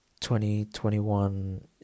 2021